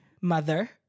Mother